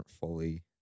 fully